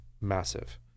massive